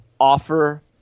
offer